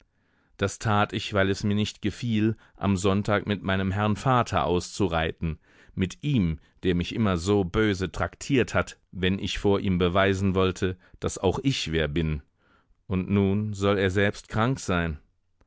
das tat ich weil es mir nicht gefiel am sonntag mit meinem herrn vater auszureiten mit ihm der mich immer so böse traktiert hat wenn ich vor ihm beweisen wollte daß auch ich wer bin und nun soll er selbst krank sein